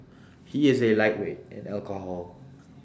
he is A lightweight in alcohol